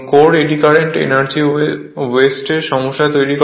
কোরে eddy current energy ওয়েস্টের সমস্যা তৈরি করে